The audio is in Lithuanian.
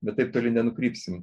bet taip toli nenukrypsim